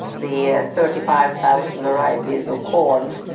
the thirty five thousand varieties of corn,